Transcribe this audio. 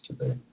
today